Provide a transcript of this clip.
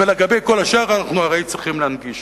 ולגבי כל השאר אנחנו הרי צריכים להנגיש.